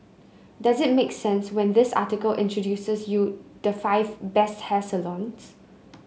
does it make sense when this article introduces you the five best hair salons